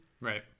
right